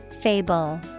Fable